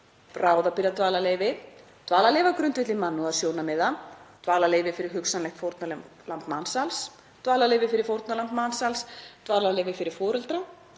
bráðabirgðadvalarleyfi, dvalarleyfi á grundvelli mannúðarsjónarmiða, dvalarleyfi fyrir hugsanlegt fórnarlamb mansals, dvalarleyfi fyrir fórnarlamb mansals, dvalarleyfi fyrir foreldra,